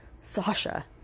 Sasha